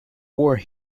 war